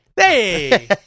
Hey